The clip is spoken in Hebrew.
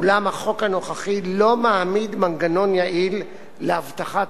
אולם החוק הנוכחי לא מעמיד מנגנון יעיל להבטחת